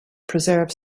preserve